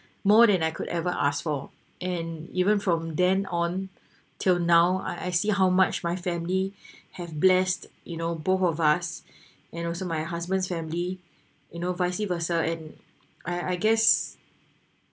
more than I could ever ask for and even from then on till now I I see how much my family have blessed you know both of us and also my husband's family you know vice versa and I I guess